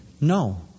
No